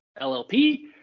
llp